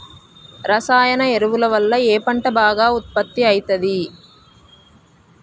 రసాయన ఎరువుల వల్ల ఏ పంట బాగా ఉత్పత్తి అయితది?